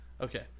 okay